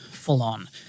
full-on